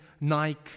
Nike